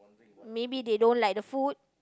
maybe they don't like the food